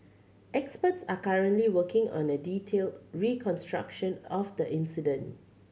experts are currently working on a detailed reconstruction of the incident